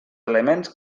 elements